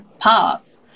path